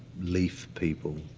leaf-people.